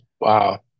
Wow